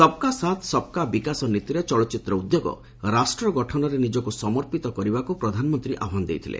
ସବ୍ କା ସାଥ୍ ସବ୍ କା ବିକାଶ ନୀତିରେ ଚଳଚ୍ଚିତ୍ର ଉଦ୍ୟୋଗ ରାଷ୍ଟ୍ର ଗଠନରେ ନିଜକୁ ସମର୍ପିତ କରିବାକୁ ପ୍ରଧାନମନ୍ତ୍ରୀ ଆହ୍ୱାନ ଦେଇଥିଲେ